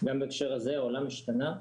גם בהקשר הזה העולם השנתה.